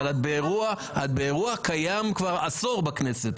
אבל את באירוע קיים כבר עשור בכנסת,